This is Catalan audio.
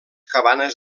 cabanes